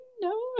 No